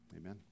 Amen